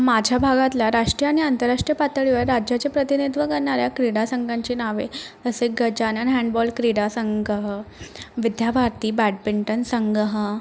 माझ्या भागातल्या राष्ट्रीय आणि आंतरराष्ट्रीय पातळीवर राज्याचे प्रतिनिधित्व करणाऱ्या क्रीडासंघांची नावे जसे गजानन हँडबॉल क्रीडा संघ विद्याभारती बॅडपिंटन संघ